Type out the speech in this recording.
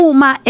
Uma